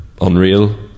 unreal